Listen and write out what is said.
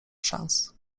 szans